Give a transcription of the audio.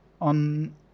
On